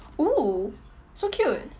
oo so cute